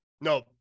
No